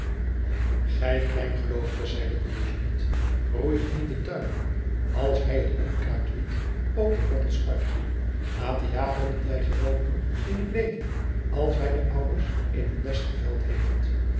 gij kleingelovige zeide de jesuit roeit niet de tuinman als hij het onkruid wiedt ook de wortels uit laat de jager de tijgerwelpen in t leven als hij de ouders in hun nest geveld heeft